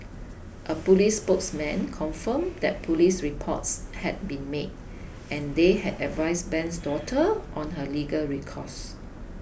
a police spokesman confirmed that police reports had been made and they had advised Ben's daughter on her legal recourse